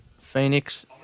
Phoenix